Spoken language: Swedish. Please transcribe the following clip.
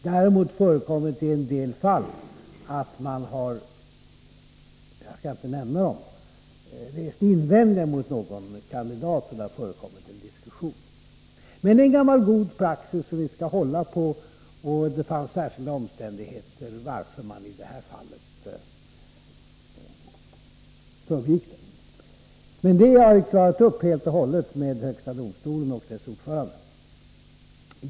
Däremot har det förekommit i en del fall — jag skall inte nämna vilka — att man har rest invändningar mot någon kandidat, och det har förekommit en diskussion. Men informationen till högsta domstolen är en gammal god praxis som vi skall hålla på, och det var särskilda omständigheter som gjorde att man i det här fallet förbigick den. Men det har jag som sagt klarat upp i godo helt och hållet med högsta domstolen och dess ordförande.